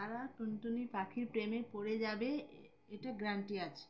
তারা টুনটুনি পাখির প্রেমে পড়ে যাবে এটা গ্যারান্টি আছে